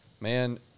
man